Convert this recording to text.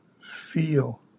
feel